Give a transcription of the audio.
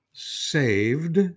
Saved